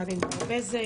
חברת הכנסת ענבר בזק,